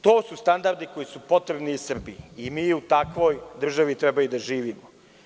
To su standardi koji su potrebni i Srbiji i mi u takvoj državi treba da živimo.